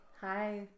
hi